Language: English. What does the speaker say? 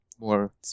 more